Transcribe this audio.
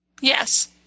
yes